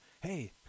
Hey